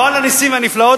לא "על הנסים ועל הנפלאות",